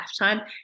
lifetime